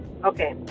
okay